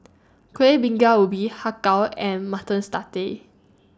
Kuih Bingka Ubi Har Kow and Mutton